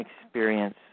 experience